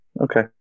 Okay